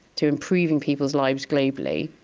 to improving people's lives globally,